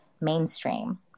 mainstream